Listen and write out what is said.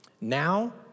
Now